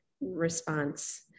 response